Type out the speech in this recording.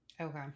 Okay